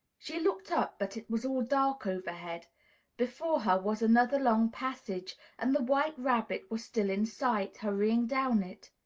she looked up, but it was all dark overhead before her was another long passage and the white rabbit was still in sight, hurrying down it.